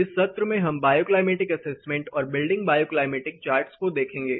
इस सत्र में हम बायोक्लाइमेटिक एसेसमेंट और बिल्डिंग बायोक्लाइमेटिक चार्टस को देखेंगे